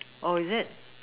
oh is it